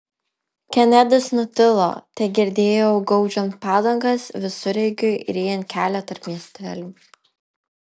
kenedis nutilo tegirdėjau gaudžiant padangas visureigiui ryjant kelią tarp miestelių